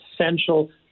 essential